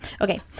Okay